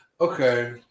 okay